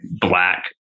black